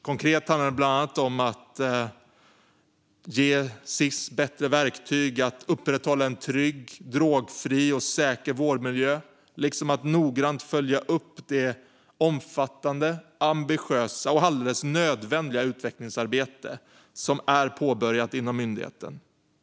Konkret handlar det bland annat om att ge Sis bättre verktyg för att upprätthålla en trygg, säker och drogfri vårdmiljö liksom att noggrant följa upp det omfattande, ambitiösa och alldeles nödvändiga utvecklingsarbete som är påbörjat inom myndigheten.